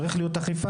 צריכה להיות אכיפה,